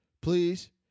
Please